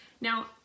Now